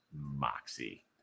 Moxie